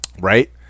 Right